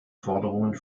forderungen